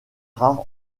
rare